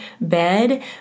bed